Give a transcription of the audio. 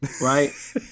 right